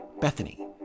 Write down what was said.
Bethany